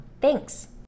Thanks